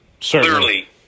Clearly